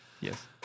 Yes